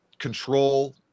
Control